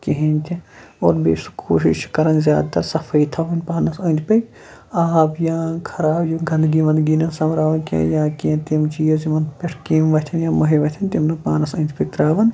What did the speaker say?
کِہیٖنۍ تہِ اور بیٚیہِ چھُ سُہ کوٗشِش کَران زیادٕ تَر صفٲیی تھاوٕنۍ پانَس أنٛدۍ پٔکۍ آب یا خراب یہِ گَنٛدگی وَنٛدگی نہٕ سۄمبراونۍ کیٚنٛہہ یا کیٚنٛہہ تِم چیٖز یِمَن پٮ۪ٹھ کیٚمۍ وۄتھیٚن یا مٔہۍ وۄتیٚن تِم نہٕ پانَس أنٛدۍ پٔکۍ ترٛاوان